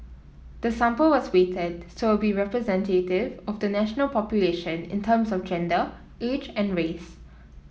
the sample was weighted so it would be representative of the national population in terms of gender age and race